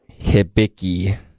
Hibiki